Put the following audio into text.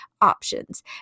options